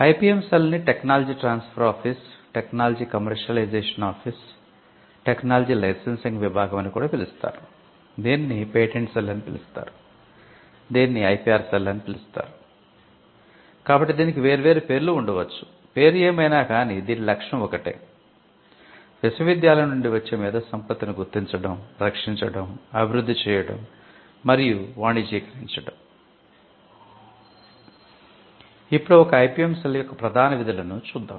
IPM cell యొక్క ప్రధాన విధులను చూద్దాం